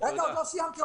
עוד לא סיימתי,